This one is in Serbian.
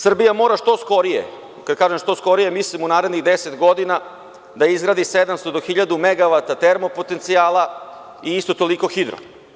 Srbija mora što skorije, kada kažem što skorije, mislim u narednih deset godina, da izgradi 700 do hiljadu megavata termo potencijala i isto toliko hidro.